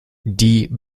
die